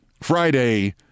Friday